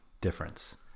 difference